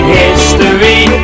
history